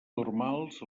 normals